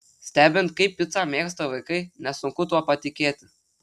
stebint kaip picą mėgsta vaikai nesunku tuo patikėti